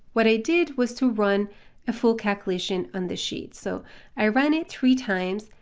what i did was to run a full calculation on the sheet, so i ran it three times,